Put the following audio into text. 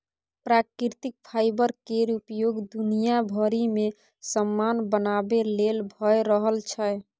प्राकृतिक फाईबर केर उपयोग दुनिया भरि मे समान बनाबे लेल भए रहल छै